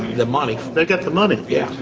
the money. they get the money, yeah.